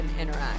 interact